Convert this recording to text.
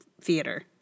theater